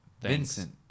Vincent